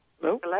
Hello